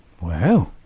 Wow